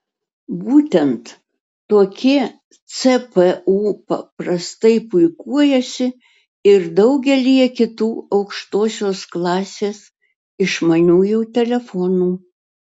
būtent tokie cpu paprastai puikuojasi ir daugelyje kitų aukštosios klasės išmaniųjų telefonų